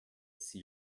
see